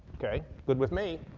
okay, good with me.